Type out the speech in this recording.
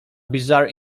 bizarre